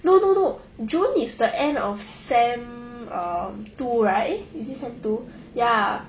no no no june is the end of sem um two right is it sem two ya